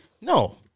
No